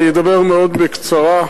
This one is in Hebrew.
אדבר מאוד בקצרה,